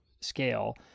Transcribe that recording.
scale